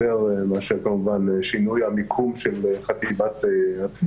יותר מאשר כמובן שינוי המיקום של חטיבת התביעות.